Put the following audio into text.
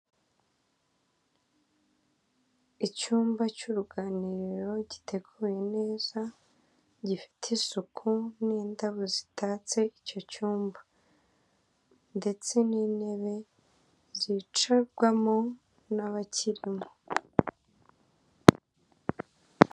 Icyumba cy'uruganiriro giteguye neza, gifite isuku n'indabo zitatse icyo cyumba ndetse n'intebe zicarwamo n'abakirimo.